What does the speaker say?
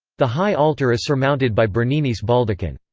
the high altar is surmounted by bernini's baldachin.